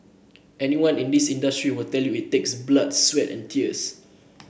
anyone in this industry will tell you it takes blood sweat and tears